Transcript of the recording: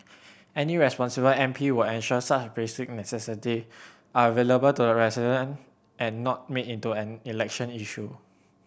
any responsible M P would ensure such basic necessity are available to the resident and not made into an election issue